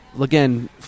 again